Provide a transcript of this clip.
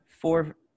four